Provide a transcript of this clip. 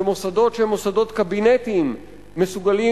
שמוסדות שהם מוסדות קבינטיים מסוגלים